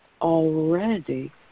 already